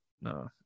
no